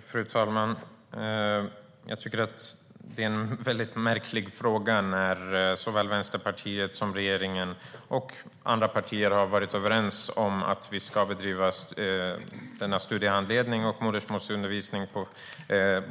Fru talman! Jag tycker att det är en väldigt märklig fråga - varför Vänsterpartiet vill beröva vissa elever deras rätt till moderna språk - när såväl Vänsterpartiet som regeringen och andra partier har varit överens om att vi ska bedriva studiehandledning och modersmålsundervisning